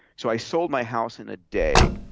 so i sold my house in a day,